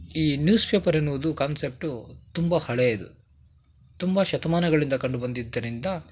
ಈ newspaper ಎನ್ನುವುದು concept ತುಂಬ ಹಳೆಯದು ತುಂಬ ಶತಮಾನಗಳಿಂದ ಕಂಡು ಬಂದಿದ್ದರಿಂದ